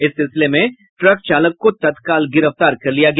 इस सिलसिले में ट्रक चालक को तत्काल गिरफ्तार कर लिया गया